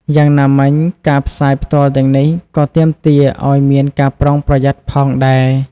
យ៉ាងណាមិញ ការផ្សាយផ្ទាល់ទាំងនេះក៏ទាមទារឱ្យមានការប្រុងប្រយ័ត្នផងដែរ។